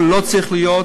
וזה לא צריך להיות.